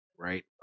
right